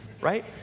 right